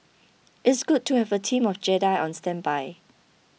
it's good to have a team of Jedi on standby